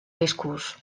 riscos